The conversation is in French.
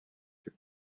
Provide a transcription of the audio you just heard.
fut